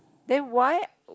then why